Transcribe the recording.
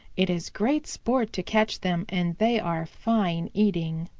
it is great sport to catch them, and they are fine eating.